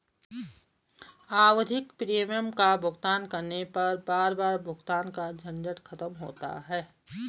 आवधिक प्रीमियम का भुगतान करने पर बार बार भुगतान का झंझट खत्म होता है